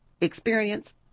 experience